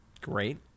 great